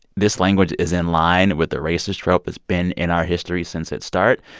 this language is in line with a racist trope. it's been in our history since its start,